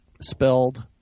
spelled